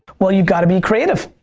well you got to be creative.